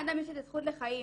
לאדם יש את הזכות לחיים,